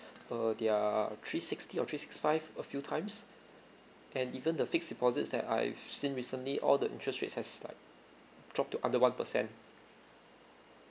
err their three sixty or three six five a few times and even the fixed deposits that I've seen recently all the interest rates has like drop to under one percent